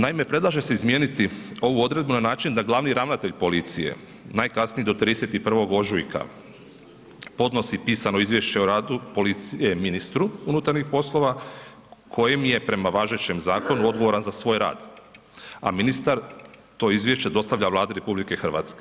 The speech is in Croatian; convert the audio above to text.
Naime, predlaže se izmijeniti ovu odredbu, na način, da glavni ravnatelj policije, najkasnije do 31. ožujka, podnosi pisano izvješće o radu policije ministru unutarnjih poslova kojem je prema važećem zakonu odgovoran za svoj rad, a ministar to izvješće dostavlja Vladi RH.